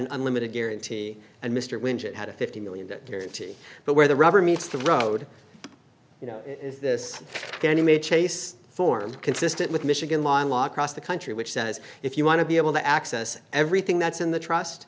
an unlimited guarantee and mr winch it had a fifty million that guarantee but where the rubber meets the road you know this then you may chase form consistent with michigan law across the country which says if you want to be able to access everything that's in the trust